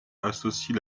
associe